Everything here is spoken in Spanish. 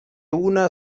una